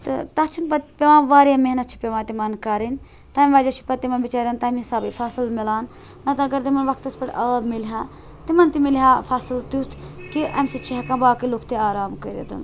تہٕ تَتھ چھنہٕ پتہٕ پیٚوان واریاہ محنت چھِ پیوان تِمن کَرٕنۍ تَمہِ وجہ چھِ پتہٕ تِمن بِچارین تَمہِ حِساب فَصٕل مَلان پتہٕ اگر تِمن وَقتَس پٮ۪ٹھ آب مِلہِ ہا تِمن تہِ مِلہِ ہا فَصٕل تِیُتھ کہِ امہِ سۭتۍ چھِ ہیکان باقٕے لُکھ تہِ آرام کٔرِتھ